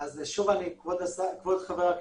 כבוד חבר הכנסת,